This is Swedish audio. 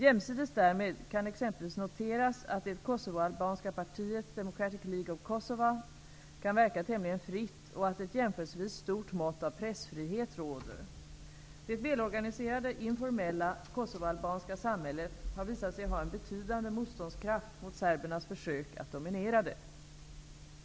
Jämsides därmed kan exempelvis noteras att det kosovoalbanska partiet ''Democratic League of Kosova'' kan verka tämligen fritt och att ett jämförelsevis stort mått av pressfrihet råder. Det välorganiserade informella kosovoalbanska samhället har visat sig ha en betydande motståndskraft mot serbernas försök att dominera det.